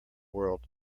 world